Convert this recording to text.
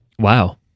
wow